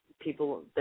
people